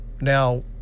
Now